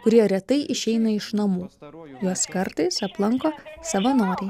kurie retai išeina iš namųjuos kartais aplanko savanoriai